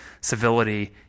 civility